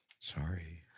Sorry